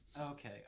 Okay